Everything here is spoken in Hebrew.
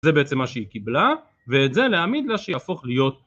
זה בעצם מה שהיא קיבלה, ואת זה להעמיד לה שיהפוך להיות